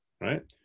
right